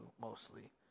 mostly